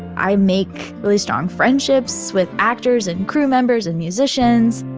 i make really strong friendships with actors and crew members and musicians